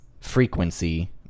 frequency